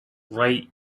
write